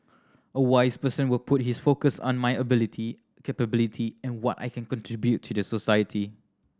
a wise person will put his focus on my ability capability and what I can contribute to the society